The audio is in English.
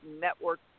network